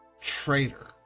traitor